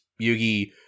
yugi